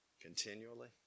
continually